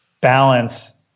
balance